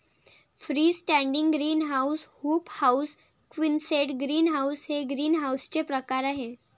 free standing greenhouse, hoop house, quonset greenhouse हे ग्रीनहाऊसचे प्रकार आहे